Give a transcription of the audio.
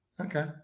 Okay